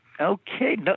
Okay